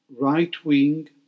right-wing